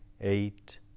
eight